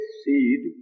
seed